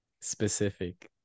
specific